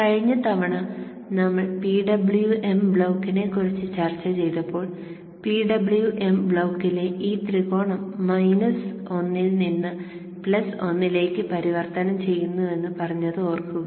കഴിഞ്ഞ തവണ നമ്മൾ PWM ബ്ലോക്കിനെ കുറിച്ച് ചർച്ച ചെയ്തപ്പോൾ PWM ബ്ലോക്കിലെ ഈ ത്രികോണം 1 ൽ നിന്ന് 1 ലേക്ക് പരിവർത്തനം ചെയ്യുന്നുവെന്ന് പറഞ്ഞത് ഓർക്കുക